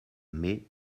mais